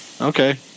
Okay